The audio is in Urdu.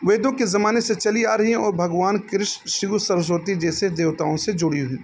ویدوں کے زمانے سے چلی آ رہی ہیں اور بھگوان کرشن شیو سرسوتی جیسے دیوتاؤں سے جڑی ہوئی